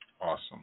Awesome